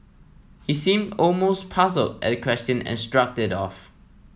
he seemed almost puzzled at the question and shrugged it off